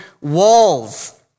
walls